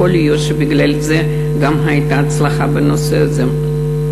יכול להיות שבגלל זה גם הייתה הצלחה בנושא הזה.